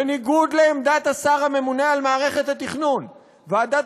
בניגוד לעמדת השר הממונה על מערכת התכנון: ועדת